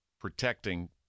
protecting